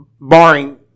Barring